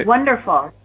wonderful.